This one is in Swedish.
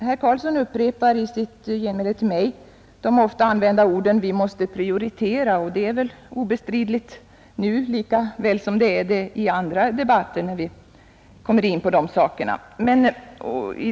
Herr talman! I sitt genmäle till mig upprepade herr Karlsson i Huskvarna de ofta använda orden att vi måste prioritera, och det är väl oundvikligt att vi måste göra det nu lika väl som i andra debatter när vi behandlar dessa frågor.